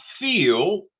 feel